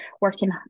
working